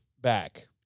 back